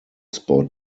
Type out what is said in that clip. spot